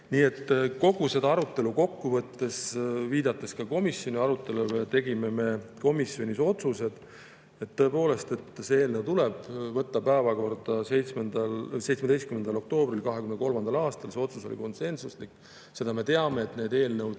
üles. Kogu seda arutelu kokku võttes, viidates komisjoni arutelule, tegime me komisjonis otsuse, et tõepoolest, see eelnõu tuleb võtta päevakorda 17. oktoobril 2023. aastal. See otsus oli konsensuslik. Seda me teame, et eelnõud